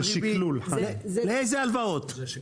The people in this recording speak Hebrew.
זה שקלול של הכול.